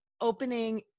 opening